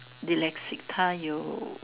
dyslexic 他有